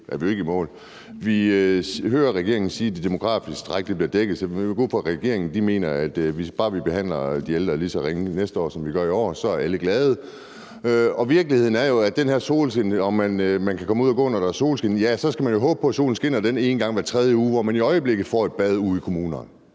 Vi hører regeringen sige, at det demografiske træk bliver dækket, så vi må gå ud fra, at regeringen mener, at hvis bare vi behandler de ældre lige så ringe næste år, som vi gør i år, er alle glade. Virkeligheden er jo i forbindelse med det her med, om man kan komme ud at gå, når der er solskin, at man skal håbe på, at solen skinner den ene gang hver tredje uge, hvor man i øjeblikket får et bad ude i kommunerne.